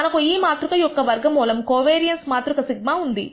మనకు ఈ మాతృక యొక్క వర్గమూలం కోవేరియన్స్ మాతృక σ ఉంది